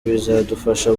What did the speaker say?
bizadufasha